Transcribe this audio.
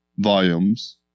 volumes